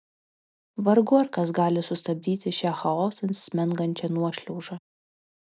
vargu ar kas gali sustabdyti šią chaosan smengančią nuošliaužą